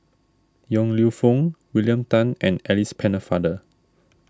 Yong Lew Foong William Tan and Alice Pennefather